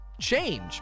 change